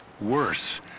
Worse